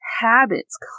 habits